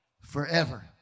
forever